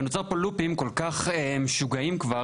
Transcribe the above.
ונוצרו פה לופים כל כך משוגעים כבר.